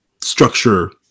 structure